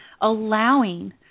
allowing